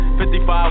55